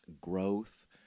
growth